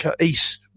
east